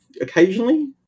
occasionally